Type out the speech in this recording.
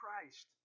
Christ